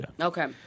Okay